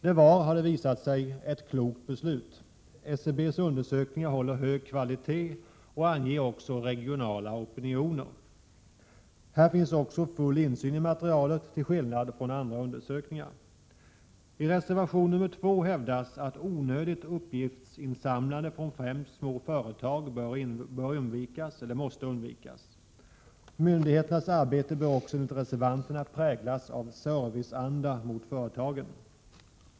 Det var, har det visat sig, ett klokt beslut. SCB:s undersökningar håller hög kvalitet och anger också regionala opinioner. Här finns också full insyn i materialet till skillnad från andra undersökningar. I reservation nr 2 hävdas att onödigt uppgiftsinsamlande från främst små företag måste undvikas. Myndigheternas arbete bör också, enligt reservanterna, präglas av serviceanda mot företagen.